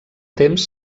temps